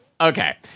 Okay